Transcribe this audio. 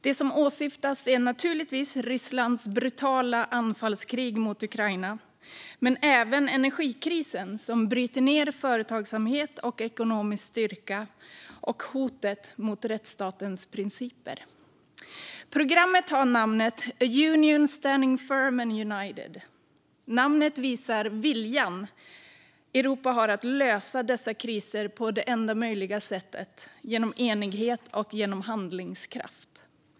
Det som åsyftas är naturligtvis Rysslands brutala anfallskrig mot Ukraina men även energikrisen, som bryter ned företagsamhet och ekonomisk styrka, samt hotet mot rättsstatens principer. Programmet har namnet A Union standing firm and united. Namnet visar viljan som Europa har att lösa dessa kriser på det enda möjliga sättet: genom enighet och handlingskraft.